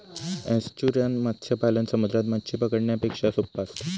estuarine मत्स्य पालन समुद्रात मच्छी पकडण्यापेक्षा सोप्पा असता